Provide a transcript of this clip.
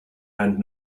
and